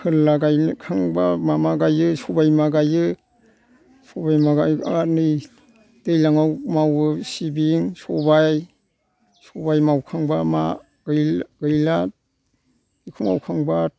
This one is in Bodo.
फोरला गायखांबा मामा गाइयो सबाइ बिमा गायो सबाय बिमा गायबा नै दैलाङाव मावो सिबिं सबाय सबाय मावखांबा मा गैला बेखौ मावखांबा